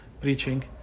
preaching